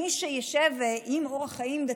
מי שעם אורח חיים דתי,